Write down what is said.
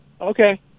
Okay